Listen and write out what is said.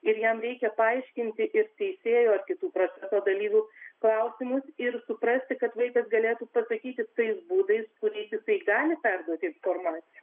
ir jam reikia paaiškinti ir teisėjo ar kitų proceso dalyvių klausimus ir suprasti kad vaikas galėtų pasakyti tais būdais kuriais jisai gali perduoti informaciją